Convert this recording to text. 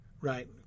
right